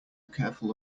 careful